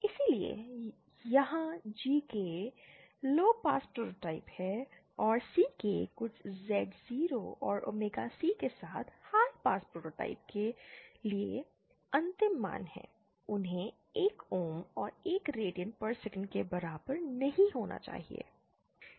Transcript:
इसलिए यहाँ GK low pass prototype हैं और CK कुछ Z0 और ओमेगा C के साथ हाई पास प्रोटोटाइप के लिए अंतिम मान हैं उन्हें 1 ओम और 1 रेडियन प्रति सेकंड के बराबर नहीं होना चाहिए